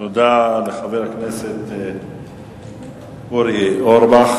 תודה לחבר הכנסת אורי אורבך.